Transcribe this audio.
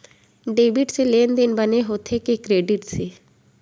Debit से लेनदेन बने होथे कि क्रेडिट से?